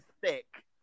thick